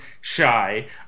shy